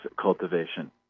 cultivation